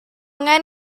angen